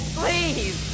please